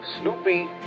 Snoopy